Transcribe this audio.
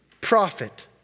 prophet